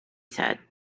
said